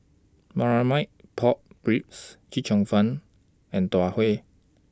Marmite Pork Ribs Chee Cheong Fun and Tau Huay